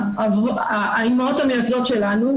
האימהות המייסדות שלנו,